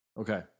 okay